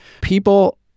People